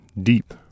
deep